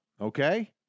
okay